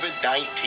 COVID-19